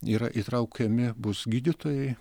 yra įtraukiami bus gydytojai